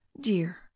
dear